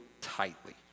tightly